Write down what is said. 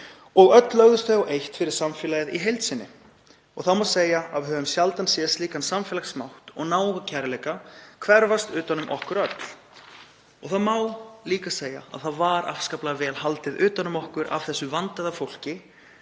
og öll lögðust þau á eitt fyrir samfélagið í heild sinni. Þá má segja að við höfum sjaldan séð slíkan samfélagsmátt og náungakærleika hverfast utan um okkur öll. Það má líka segja að afskaplega vel hafi verið haldið utan um okkur af þessu vandaða fólki.